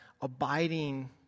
abiding